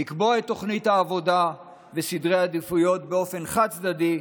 לקבוע את תוכנית העבודה וסדרי העדיפויות באופן חד-צדדי,